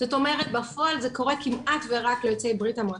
זאת אומרת בפועל זה קורה כמעט רק ליוצאי בריה"מ.